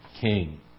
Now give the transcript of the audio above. King